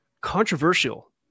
controversial